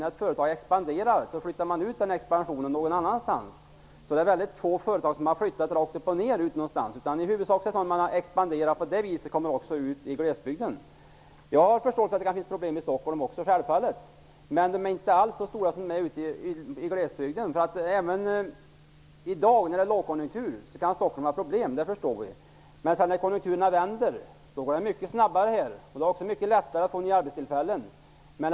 När ett företag expanderar flyttar det ut en del av verksamheten någon annanstans. Det är få företag som rakt upp och ner har flyttat någonstans. I huvudsak har de kommit ut till glesbygden i samband med att de har expanderat. Jag har självfallet förståelse för att det också kan finnas problem i Stockholm. Men de är inte alls så stora som i glesbygden. Vi förstår att Stockholm kan ha problem i dag, när det är lågkonjunktur. Men när konjunkturen vänder går det mycket snabbare här. Stockholm får mycket lättare nya arbetstillfällen.